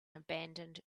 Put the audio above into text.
abandoned